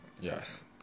yes